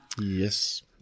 Yes